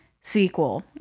sequel